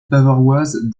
bavaroise